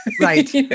Right